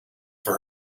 for